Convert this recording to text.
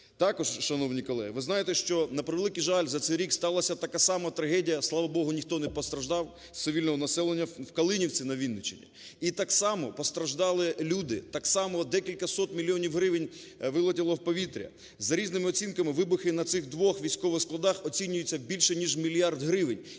Також, шановні колеги, ви знаєте, що, на превеликий жаль, за цей рік сталась така сама трагедія. Слава Богу, ніхто не постраждав з цивільного населення в Калинівці на Вінниччині. І так само постраждали люди. Так само декілька сот мільйонів гривень вилетіло в повітря. За різними оцінками, вибухи на цих двох військових складах оцінюються в більше ніж мільярд гривень.